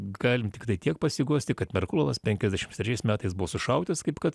galim tiktai tiek pasiguosti kad merkulovas penkiasdešimt trečiais metais buvo sušaudytas kaip kad